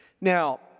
Now